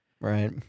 Right